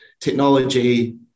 technology